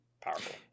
powerful